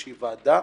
סמוטריץ'